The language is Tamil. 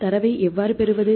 எனவே தரவை எவ்வாறு பெறுவது